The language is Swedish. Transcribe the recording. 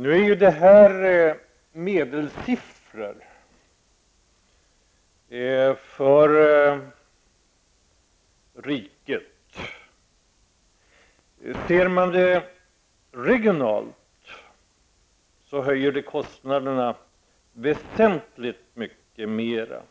Nu är det medelsiffror för riket. Ser man på det regionalt finner man att kostnaderna höjs väsentligt mycket mer